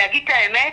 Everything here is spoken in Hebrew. להגיד את האמת?